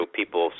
people